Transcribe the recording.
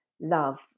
love